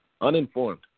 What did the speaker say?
Uninformed